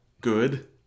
good